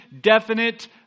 definite